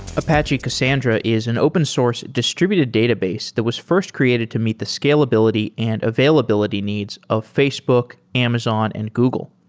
apache cassandra is an open source distributed database that was first created to meet the scalability and availability needs of facebook, amazon and google.